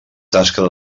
tasca